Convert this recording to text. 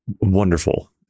wonderful